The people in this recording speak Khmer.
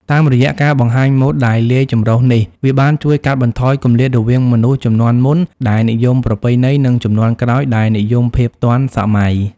តាមរយៈការបង្ហាញម៉ូដដែលលាយចម្រុះនេះ វាបានជួយកាត់បន្ថយគម្លាតរវាងមនុស្សជំនាន់មុនដែលនិយមប្រពៃណី និងជំនាន់ក្រោយដែលនិយមភាពទាន់សម័យ។